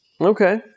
Okay